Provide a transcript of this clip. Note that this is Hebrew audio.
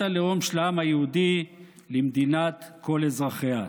הלאום של העם היהודי למדינת כל אזרחיה.